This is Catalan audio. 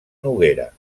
noguera